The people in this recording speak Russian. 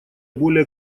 более